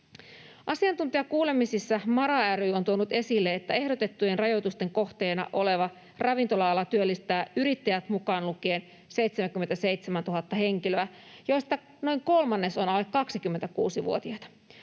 Asiantuntijakuulemisissa MaRa ry on tuonut esille, että ehdotettujen rajoitusten kohteena oleva ravintola-ala työllistää yrittäjät mukaan lukien 77 000 henkilöä, joista noin kolmannes on alle 26-vuotiaita.